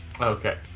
Okay